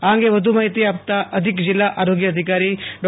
આ અંગે વધુ માહિતી આપતા અધિક જિલ્લા આરોગ્ય અધિકારી ડો